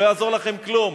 לא יעזור לכם כלום.